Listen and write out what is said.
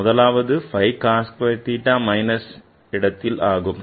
முதலாவது 5 cos square theta minus இடத்தில் ஆகும்